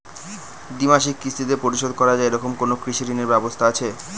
দ্বিমাসিক কিস্তিতে পরিশোধ করা য়ায় এরকম কোনো কৃষি ঋণের ব্যবস্থা আছে?